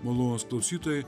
malonūs klausytojai